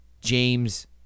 James